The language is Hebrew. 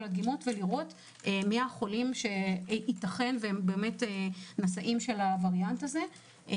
הדגימות ולראות מי החולים שייתכן שהם נשאים של הווריאנט הזה.